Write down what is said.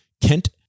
Kent